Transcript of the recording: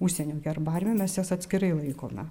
užsienio herbariume mes jas atskirai laikome